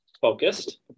focused